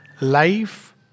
life